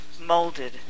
molded